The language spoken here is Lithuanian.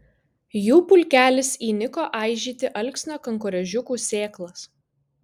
jų pulkelis įniko aižyti alksnio kankorėžiukų sėklas